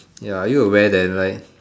ya are you aware that like